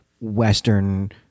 Western